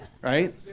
right